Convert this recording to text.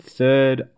Third